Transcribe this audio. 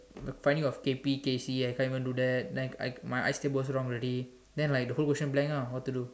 finding of K_P K_C I can't even do that then I my ice table also wrong already then like the whole question blank lah what to do